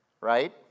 right